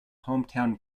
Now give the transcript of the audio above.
hometown